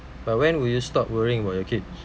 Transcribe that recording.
but when will you stop worrying about your kids